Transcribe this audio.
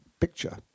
picture